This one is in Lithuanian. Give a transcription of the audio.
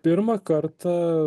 pirmą kartą